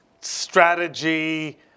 strategy